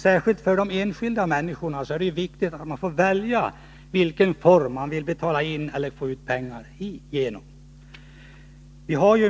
Särskilt för de enskilda människorna är det viktigt att man får välja på vilket sätt man skall betala in eller få ut pengar.